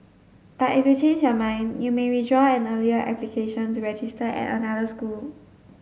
but if you change your mind you may withdraw an earlier application to register at another school